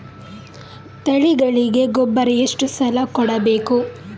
ತಳಿಗಳಿಗೆ ಗೊಬ್ಬರ ಎಷ್ಟು ಸಲ ಕೊಡಬೇಕು?